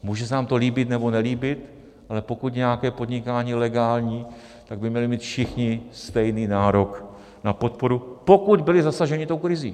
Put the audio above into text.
Může se nám to líbit nebo nelíbit, ale pokud nějaké podnikání je legální, tak by měli mít všichni stejný nárok na podporu, pokud byli zasaženi krizí.